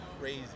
Crazy